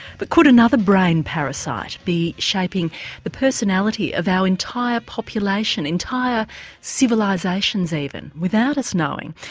but could another brain parasite be shaping the personality of our entire population? entire civilisations even, without us knowing,